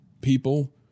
people